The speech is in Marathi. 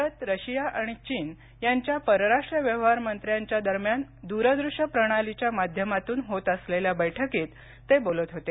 भारत रशिया आणि चीन यांच्या परराष्ट्र व्यवहार मंत्र्यांच्या दरम्यान दूरदृश्य प्रणालीच्या माध्यमातून होत असलेल्या बैठकीत ते बोलत होते